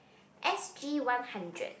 S_G one hundred